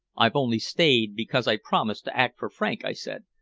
i only stayed because i promised to act for frank, i said.